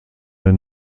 der